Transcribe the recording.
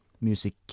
music